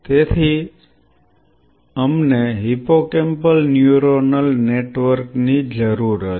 તેથી અમને hippocampal neuronal network ની જરૂર હતી